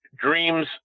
dreams